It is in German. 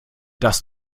das